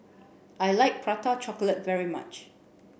I like Prata chocolate very much